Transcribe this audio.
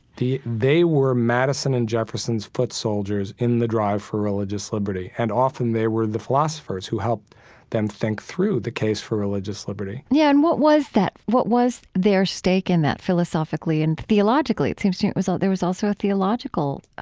they were madison and jefferson's foot soldiers in the drive for religious liberty. and often they were the philosophers who helped them think through the case for religious liberty yeah, and what was that what was their stake in that philosophically and theologically? it seems to me it was there was also a theological,